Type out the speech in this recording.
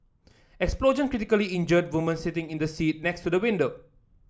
explosion critically injured woman sitting in the seat next to the window